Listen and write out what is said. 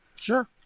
Sure